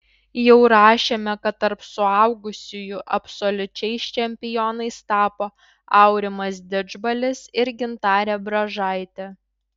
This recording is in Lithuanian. jau rašėme kad tarp suaugusiųjų absoliučiais čempionais tapo aurimas didžbalis ir gintarė bražaitė